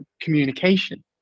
communication